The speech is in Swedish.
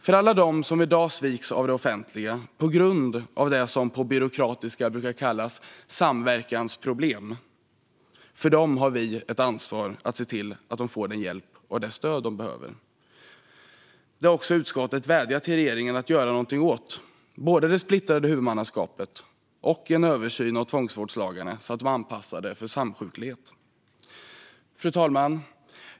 För alla som i dag sviks av det offentliga på grund av det som på byråkratiska brukar kallas samverkansproblem har vi ett ansvar att se till att de får den hjälp och det stöd de behöver. Detta har också utskottet vädjat till regeringen att göra något åt - både det splittrade huvudmannaskapet och en översyn av tvångsvårdslagarna så att de är anpassade för samsjuklighet. Fru talman!